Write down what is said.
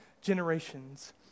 generations